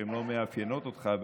שהן לא מאפיינות אותך,